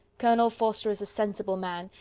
colonel forster is a sensible man,